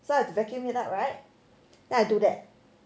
so vacuum it up right then I do